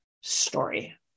story